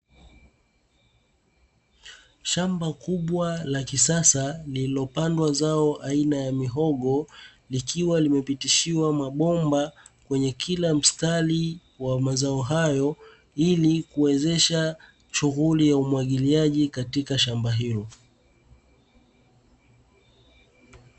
Shamba kubwa la kisasa lililopandwa zao aina ya mihogo likiwa limepitishwa mabomba kwenye kila mstari wa mazao hayo, ili kuwezesha shughuli ya umwagiliaji katika shamba hilo.